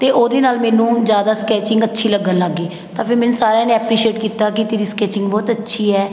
ਅਤੇ ਉਹਦੇ ਨਾਲ ਮੈਨੂੰ ਜ਼ਿਆਦਾ ਸਕੈਚਿੰਗ ਅੱਛੀ ਲੱਗਣ ਲੱਗ ਗਈ ਤਾਂ ਫਿਰ ਮੈਨੂੰ ਸਾਰਿਆਂ ਨੇ ਐਪਰੀਸ਼ੀਏਟ ਕੀਤਾ ਕਿ ਤੇਰੀ ਸਕੈਚਿੰਗ ਬਹੁਤ ਅੱਛੀ ਹੈ